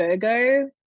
Virgo